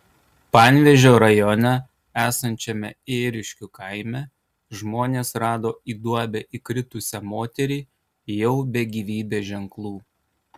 panevėžio rajone esančiame ėriškių kaime žmonės rado į duobę įkritusią moterį jau be gyvybės ženklų